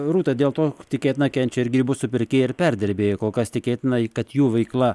rūta dėl to tikėtina kenčia ir grybų supirkėjai ir perdirbėjai kol kas tikėtina i kad jų veikla